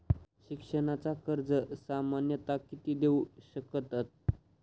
शिक्षणाचा कर्ज सामन्यता किती देऊ शकतत?